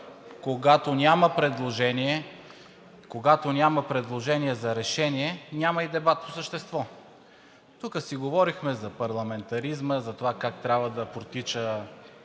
когато няма предложение за решение, няма и дебат по същество. Тук си говорихме за парламентаризма, за това как трябва да протича